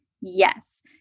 yes